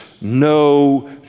no